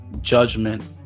Judgment